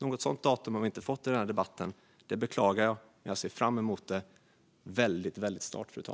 Något datum har vi inte fått i denna debatt, och det beklagar jag. Men jag ser fram emot att det kommer väldigt snart.